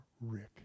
Rick